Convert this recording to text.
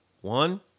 One